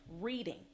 Reading